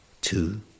two